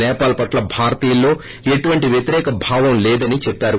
నేపాల్ పట్ల భారతీయుల్లో ఎలాంటి వ్వతిరేక భావం లేదని చెప్పారు